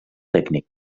tècnic